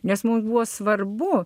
nes mums buvo svarbu